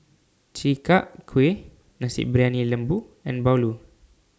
Chi Kak Kuih Nasi Briyani Lembu and Bahulu